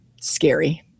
scary